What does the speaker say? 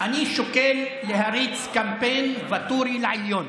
אני שוקל להריץ קמפיין: ואטורי לעליון.